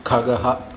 खगः